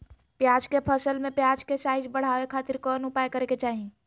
प्याज के फसल में प्याज के साइज बढ़ावे खातिर कौन उपाय करे के चाही?